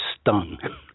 stung